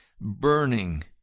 burning